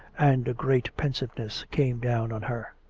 and a great pensiveness came down on her.